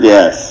Yes